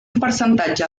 percentatge